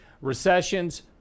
Recessions